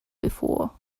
before